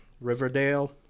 Riverdale